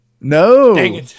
No